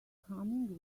coming